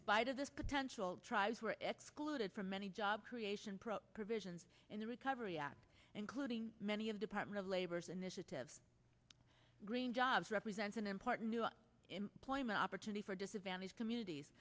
spite of this potential tribes were excluded from many job creation pro provisions in the recovery act including many of department of labor's initiatives green jobs represents an important new employment opportunity for disadvantaged communities